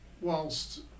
whilst